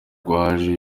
rwaje